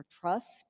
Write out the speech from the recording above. trust